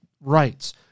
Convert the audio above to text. rights